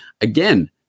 again